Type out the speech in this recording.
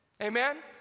amen